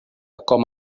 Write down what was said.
com